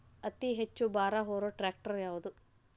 ಅತಿ ಹೆಚ್ಚ ಭಾರ ಹೊರು ಟ್ರ್ಯಾಕ್ಟರ್ ಯಾದು?